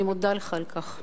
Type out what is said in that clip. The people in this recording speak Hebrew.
אני מודה לך על כך,